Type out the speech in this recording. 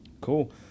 cool